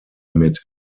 mit